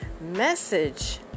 message